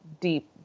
deep